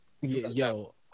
Yo